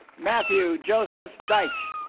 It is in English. matthew joseph deitch